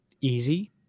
easy